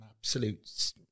absolute